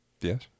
Yes